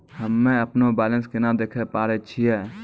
हम्मे अपनो बैलेंस केना देखे पारे छियै?